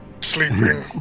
sleeping